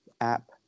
app